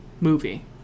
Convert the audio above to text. movie